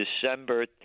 December